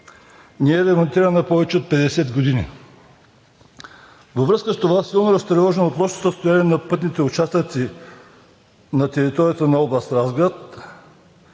не е ремонтирана повече от 50 години. Във връзка с това, силно разтревожен от лошото състояние на пътните участъци на територията на област Разград,